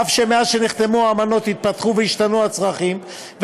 אף שמאז שנחתמו האמנות התפתחו והשתנו הצרכים,